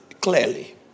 clearly